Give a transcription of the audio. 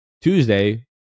Tuesday